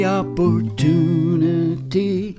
opportunity